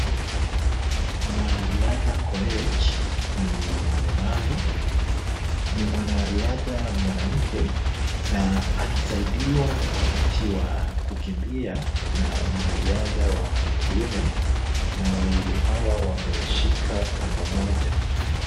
Mwanariadha Koech ni mlemavu, ni mwanariadha mwanamke na anasaidiwa wakati wa kukimbia na mwanariadha wa kiume na wawili hawa wameshika kamba moja.